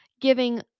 giving